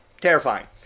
terrifying